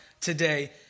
today